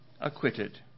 acquitted